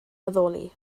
addoli